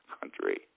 country